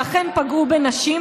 שאכן פגעו בנשים,